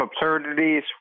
absurdities